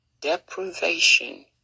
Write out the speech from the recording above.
deprivation